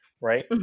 right